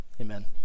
amen